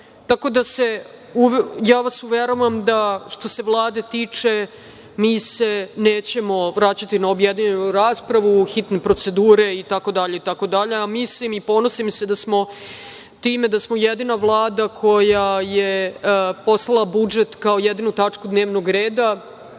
moguće. Tako da vas uveravam da što se Vlade tiče mi se nećemo vraćati na objedinjenu raspravu u hitne procedure itd, a mislim i ponosim se time da smo jedina Vlada koja je poslala budžet kao jedinu tačku dnevnog reda,